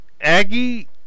aggie